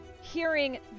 Hearing